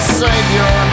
savior